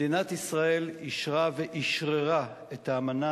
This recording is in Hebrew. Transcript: מדינת ישראל אישרה ואשררה את האמנה